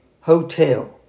hotel